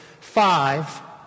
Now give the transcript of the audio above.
five